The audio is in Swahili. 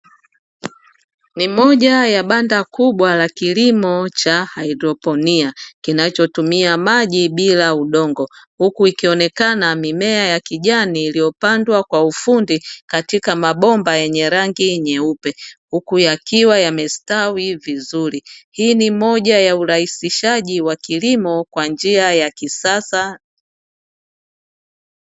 Ni moja ya banda kubwa la kilimo cha haidroponi, kinachotumia maji bila udongo. Huku ikionekana mimea ya kijani iliyopandwa kwa ufundi katika mabomba yenye rangi nyeupe, huku yakiwa yamestawi vizuri. Hii ni moja ya urahisishaji wa kilimo kwa njia ya kisasa.